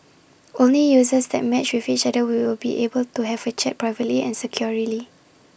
only users that matched with each other will be able to have A chat privately and securely